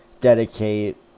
Dedicate